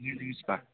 নিজিস্কা